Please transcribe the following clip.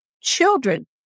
children